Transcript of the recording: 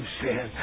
sin